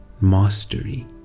mastery